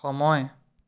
সময়